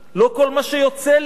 לא כל מה שיוצא לי,